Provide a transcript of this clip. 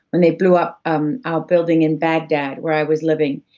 when they blew up um our building in baghdad, where i was living,